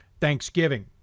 Thanksgiving